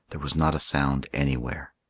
there was not a sound anywhere.